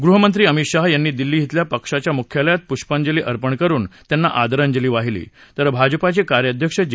गृहमंत्री अमित शाह यांनी दिल्ली इथल्या पक्षाच्या मुख्यालयात पुष्पांजली अपर्ण करुन आदरांजली वाहिली तर भाजपाचे कार्याध्यक्ष जे